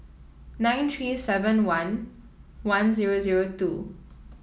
nine three seven one one zero zero two